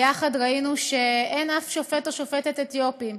יחד ראינו שאין שום שופט או שופטת אתיופים.